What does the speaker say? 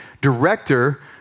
director